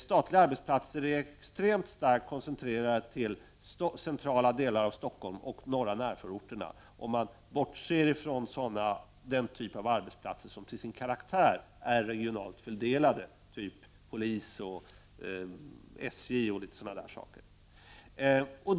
Statliga arbetsplatser är extremt starkt koncentrerade till centrala delar av Stockholm och de norra närförorterna — om man bortser från sådana arbetsplatser som till sin karaktär är regionalt fördelade, t.ex. polisen och SJ.